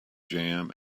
jam